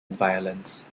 violence